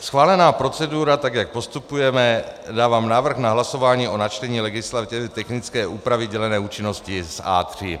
Schválená procedura, tak jak postupujeme, dávám návrh na hlasování o načtení legislativně technické úpravy dělené účinnosti z A3.